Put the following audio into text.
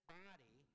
body